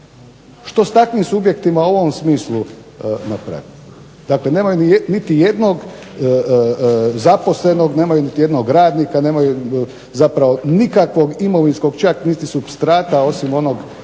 Što s takvim subjektima u ovom smislu napraviti? Dakle, nemaju niti jednog zaposlenog, nemaju niti jednog radnika, nemaju zapravo nikakvog imovinskog čak niti supstrata osim onog